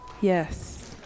Yes